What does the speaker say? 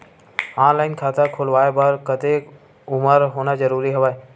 Online खाता खुलवाय बर कतेक उमर होना जरूरी हवय?